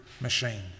machine